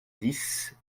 dix